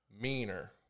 meaner